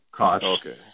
Okay